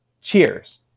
Cheers